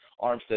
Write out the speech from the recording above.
Armstead